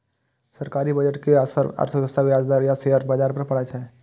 सरकारी बजट के असर अर्थव्यवस्था, ब्याज दर आ शेयर बाजार पर पड़ै छै